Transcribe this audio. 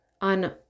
on